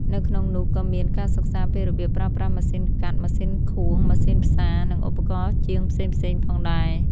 នៅក្នុងនោះក៏មាន ការសិក្សាពីរបៀបប្រើប្រាស់ម៉ាស៊ីនកាត់ ម៉ាស៊ីនខួង ម៉ាស៊ីនផ្សារ និងឧបករណ៍ជាងផ្សេងៗផងដែរ។